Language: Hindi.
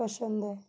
पसंद है